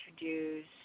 introduce